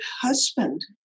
husband